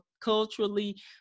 culturally